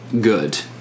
good